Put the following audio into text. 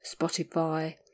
Spotify